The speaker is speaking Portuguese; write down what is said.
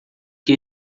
que